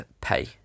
pay